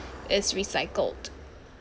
is recycled